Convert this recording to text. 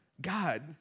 God